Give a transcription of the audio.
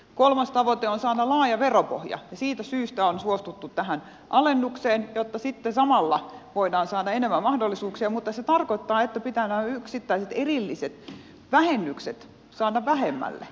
kolmas tavoite on saada laaja veropohja ja siitä syystä on suostuttu tähän alennukseen jotta sitten samalla voidaan saada enemmän mahdollisuuksia mutta se tarkoittaa että pitää nämä yksittäiset erilliset vähennykset saada vähemmälle